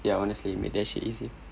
ya honestly make that shit easy